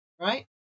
right